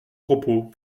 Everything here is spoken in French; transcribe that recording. propos